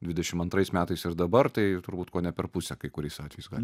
dvidešimt antrais metais ir dabar tai turbūt kone per pusę kai kuriais atvejais gali